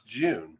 june